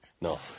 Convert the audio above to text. No